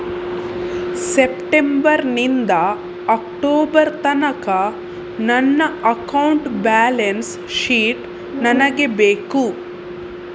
September ನಿಂದ October ತನಕ ನನ್ನ ಅಕೌಂಟ್ ಬ್ಯಾಲೆನ್ಸ್ ಶೀಟ್ ನನಗೆ ಬೇಕು